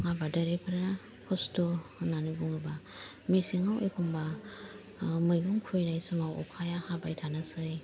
आबादारिफोरा खस्थ' होननानै बुंङोब्ला मेसेंआव एखमबा मैगं खुबैनाय समाव अखाया हाबाय थानोसै